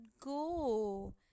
go